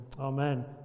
amen